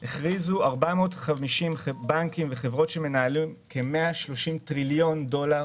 הכריזו 450 בנקים וחברות שמנהלים כ-130 טריליון דולר